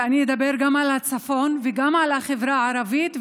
ואני אדבר גם על הצפון וגם על החברה הערבית.